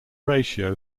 ratio